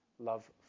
Love